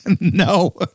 no